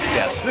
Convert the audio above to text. yes